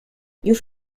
już